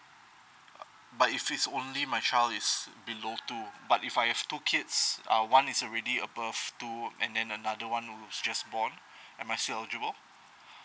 but if it's only my child is below two but if I have two kids uh one is already above two and then another one was just born am I still eligible